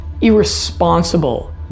irresponsible